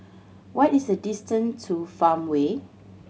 what is the distance to Farmway